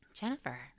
Jennifer